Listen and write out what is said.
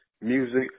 music